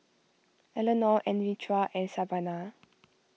Eleanore Anitra and Savana